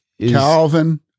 Calvin